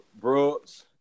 Brooks